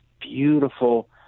beautiful